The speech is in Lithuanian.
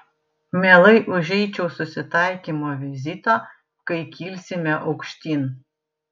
mielai užeičiau susitaikymo vizito kai kilsime aukštyn